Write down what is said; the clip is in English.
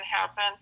happen